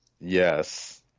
Yes